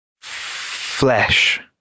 Flesh